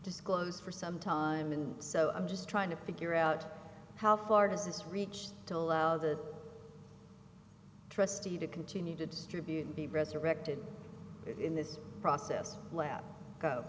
disclosed for some time and so i'm just trying to figure out how far does this reach to allow the trustee to continue to distribute and be resurrected in this process